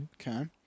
Okay